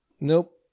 Nope